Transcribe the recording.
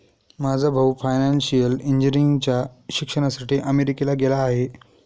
माझा भाऊ फायनान्शियल इंजिनिअरिंगच्या शिक्षणासाठी अमेरिकेला गेला आहे